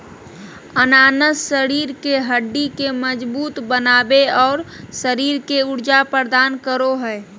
अनानास शरीर के हड्डि के मजबूत बनाबे, और शरीर के ऊर्जा प्रदान करो हइ